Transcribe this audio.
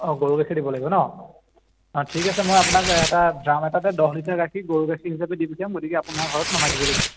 অঁ গৰুৰ গাখীৰ দিব লাগিব ন অঁ ঠিক আছে মই আপোনাক এটা ড্ৰাম এটাতে দহ লিটাৰ গাখীৰ গৰু গাখীৰ হিচাপে দি পঠিয়াম গতিকে আপোনাৰ ঘৰত নমাই দিবলৈ ক'ম